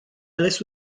ales